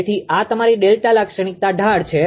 તેથી આ તમારી ડેલ્ટા ઢાળ લાક્ષણિકતા છે